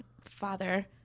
father